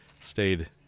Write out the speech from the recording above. stayed